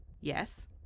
yes